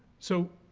so,